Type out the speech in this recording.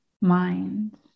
mind